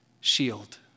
shield